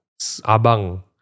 Abang